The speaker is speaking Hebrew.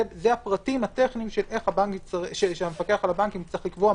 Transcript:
זה הפרטים הטכניים שהמפקח על הבנקים יצטרך לקבוע,